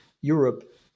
Europe